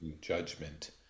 judgment